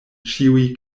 ĉiuj